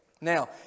Now